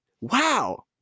wow